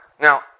Now